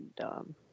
dumb